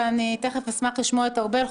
ואני אשמח לשמוע את ארבל,